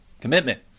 Commitment